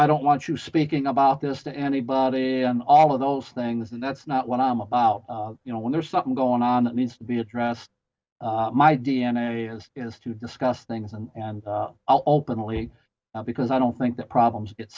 i don't want you speaking about this to anybody and all of those things and that's not what i'm about you know when there's something going on that needs to be addressed my d n a is is to discuss things and openly because i don't think the problems